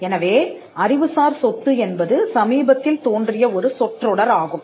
எனவே அறிவுசார் சொத்து என்பது சமீபத்தில் தோன்றிய ஒரு சொற்றொடர் ஆகும்